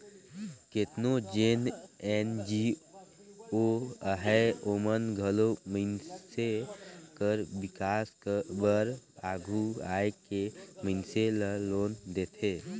केतनो जेन एन.जी.ओ अहें ओमन घलो मइनसे कर बिकास बर आघु आए के मइनसे ल लोन देथे